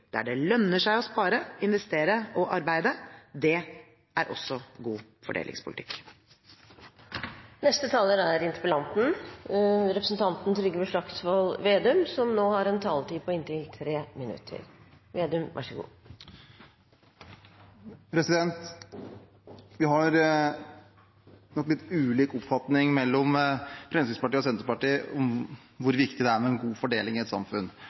der det lønner seg å spare, investere og arbeide. Det er også god fordelingspolitikk. Fremskrittspartiet og Senterpartiet har nok litt ulik oppfatning av hvor viktig det er med en god fordeling i et samfunn.